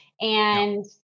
And-